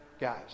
Guys